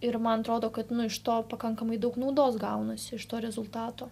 ir man atrodo kad nu iš to pakankamai daug naudos gaunasi iš to rezultato